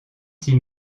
six